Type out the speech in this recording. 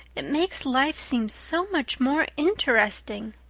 it makes life seem so much more interesting.